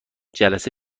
جلسه